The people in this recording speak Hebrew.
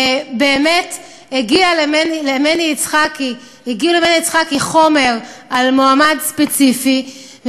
באמת הגיע למני יצחקי חומר על מועמד ספציפי,